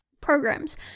programs